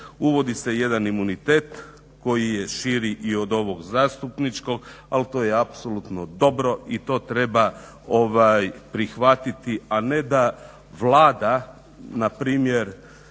Uvodi se jedan imunitet koji je širi i od ovog zastupničkog ali to je apsolutno dobro i to treba prihvatiti, a ne da Vlada npr.